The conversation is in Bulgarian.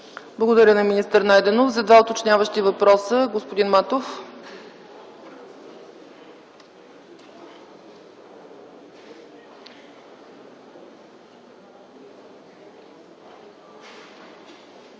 Благодаря на министър Найденов. За два уточняващи въпроса – господин Матов. ДАРИН